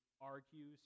argues